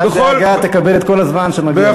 אל דאגה, תקבל את כל הזמן שמגיע לך.